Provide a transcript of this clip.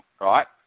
right